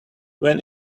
when